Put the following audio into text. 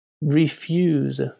refuse